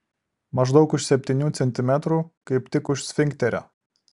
maždaug už septynių centimetrų kaip tik už sfinkterio